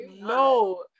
no